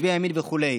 מצביעי הימין וכו'.